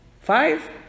Five